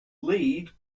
lead